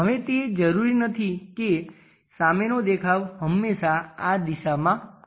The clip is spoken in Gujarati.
હવે તે જરૂરી નથી કે સામેનો દેખાવ હંમેશાં આ દિશામાં હોય